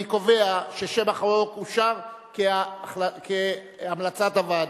אני קובע ששם החוק אושר כהמלצת הוועדה.